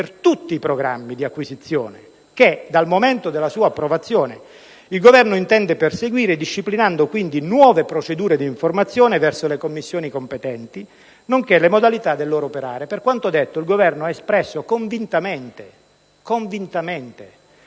tutti i programmi di acquisizione che, dal momento della sua approvazione, il Governo intende perseguire, disciplinando quindi nuove procedure di informazione verso le Commissioni competenti, nonché le modalità del loro operare. Per quanto detto, il Governo ha espresso convintamente - ribadisco: